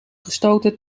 gestoten